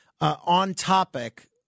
on-topic